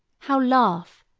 how laugh,